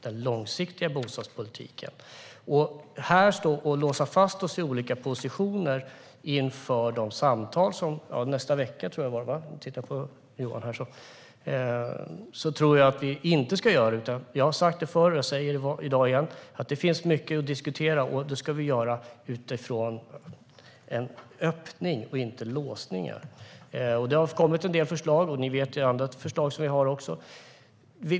Jag tycker inte att vi ska stå här och låsa fast oss i olika positioner inför de samtal som jag tror kommer att äga rum nästa vecka. Jag har sagt det förr och säger det i dag igen: Det finns mycket att diskutera, och det ska vi göra utifrån öppningar och inte låsningar. Det har kommit en del förslag, och ni vet att vi också har andra förslag.